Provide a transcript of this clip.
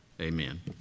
Amen